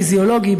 הפיזיולוגי,